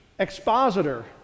expositor